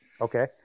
Okay